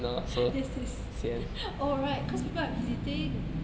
yes yes oh right cause people are visiting